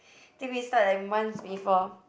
think we start like months before